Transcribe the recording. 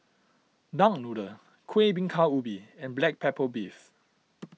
Duck Noodle Kueh Bingka Ubi and Black Pepper Beef